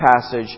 passage